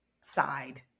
side